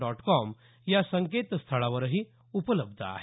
dot com या संकेतस्थळावरही उपलब्ध आहे